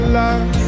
love